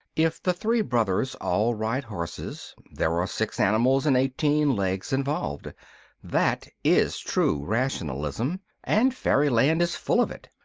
if the three brothers all ride horses, there are six animals and eighteen legs involved that is true rationalism, and fairyland is full of it.